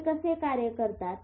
ते कसे कार्य करतात